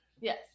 Yes